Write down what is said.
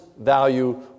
value